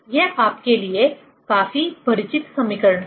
ये आपके लिए काफी परिचित समीकरण हैं